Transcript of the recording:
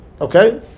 okay